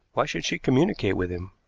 why should she communicate with him?